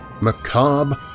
macabre